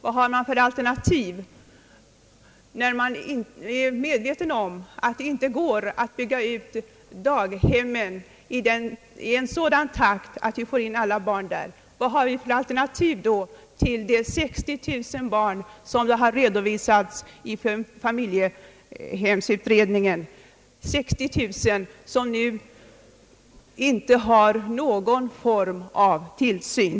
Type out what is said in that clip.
Vad finns det för alternativ, när man är medveten om att det inte går att bygga ut familjedaghemmen i en sådan takt att vi får in alla barn där? Vad har vi för alternativ för de 60 000 barn, som har redovisats i familjedaghemsutredningen — 60 000 barn som nu inte har någon form av tillsyn?